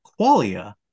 Qualia